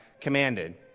Commanded